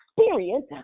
experience